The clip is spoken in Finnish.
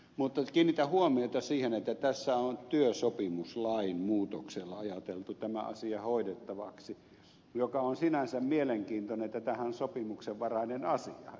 mutta kiinnitän huomiota siihen että tässä on työsopimuslain muutoksella ajateltu tämä asia hoidettavaksi mikä on sinänsä mielenkiintoista että tämähän on sopimuksenvarainen asia